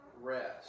rest